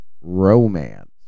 Romance